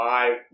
Five